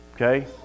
okay